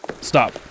Stop